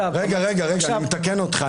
אני מתקן אותך,